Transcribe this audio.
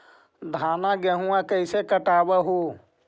धाना, गेहुमा कैसे कटबा हू?